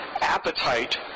appetite